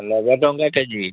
ନବେ ଟଙ୍କା K G